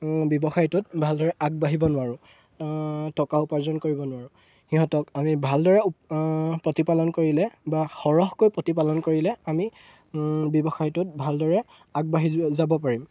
ব্যৱসায়টোত ভালদৰে আগবাঢ়িব নোৱাৰোঁ টকা উপাৰ্জন কৰিব নোৱাৰোঁ সিহঁতক আমি ভালদৰে প্ৰতিপালন কৰিলে বা সৰহকৈ প্ৰতিপালন কৰিলে আমি ব্যৱসায়টোত ভালদৰে আগবাঢ়ি যাব পাৰিম